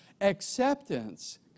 Acceptance